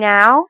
Now